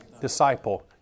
Disciple